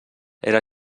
era